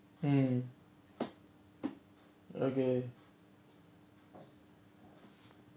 mm okay